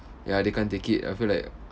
ya they can't take it I feel like